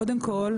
קודם כל,